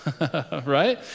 right